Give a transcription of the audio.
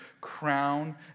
crown